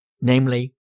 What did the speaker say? namely